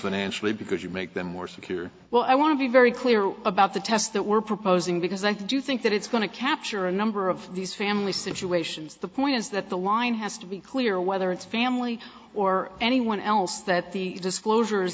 financially because you make them more secure well i want to be very clear about the tests that we're proposing because i do think that it's going to capture a number of these family situations the point is that the line has to be clear whether it's family or anyone else that the disclosure